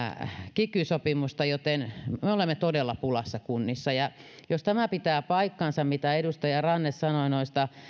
kiky sopimusta joten me olemme todella pulassa kunnissa jos tämä pitää paikkansa mitä edustaja ranne sanoi noista